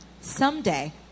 someday